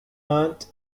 aunt